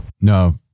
No